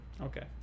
Okay